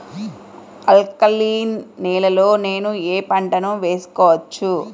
Alkaline నేలలో నేనూ ఏ పంటను వేసుకోవచ్చు?